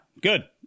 Good